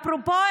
אפרופו,